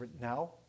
now